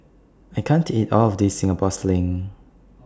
I can't eat All of This Singapore Sling